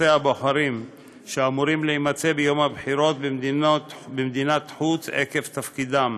הבוחרים שאמורים להימצא ביום הבחירות במדינת חוץ עקב תפקידם,